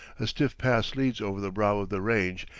a stiff pass leads over the brow of the range,